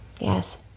Yes